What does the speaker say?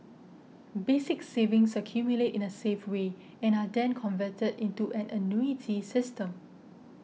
basic savings accumulate in a safe way and are then converted into an annuity system